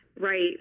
Right